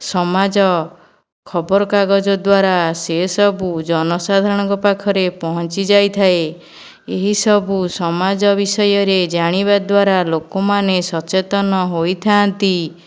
ସମାଜ ଖବରକାଗଜ ଦ୍ୱାରା ସେ ସବୁ ଜନସାଧାରଣଙ୍କ ପାଖରେ ପହଞ୍ଚି ଯାଇଥାଏ ଏହିସବୁ ସମାଜ ବିଷୟରେ ଜାଣିବା ଦ୍ୱାରା ଲୋକମାନେ ସଚେତନ ହୋଇଥାନ୍ତି